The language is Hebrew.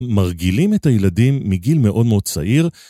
מרגילים את הילדים מגיל מאוד מאוד צעיר